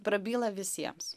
prabyla visiems